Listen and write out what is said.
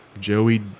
Joey